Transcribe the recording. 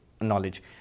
knowledge